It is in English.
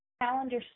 Calendar